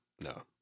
No